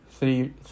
three